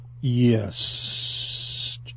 Yes